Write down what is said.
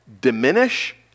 diminish